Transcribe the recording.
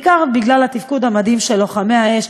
בעיקר בגלל התפקוד המדהים של לוחמי האש.